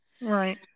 right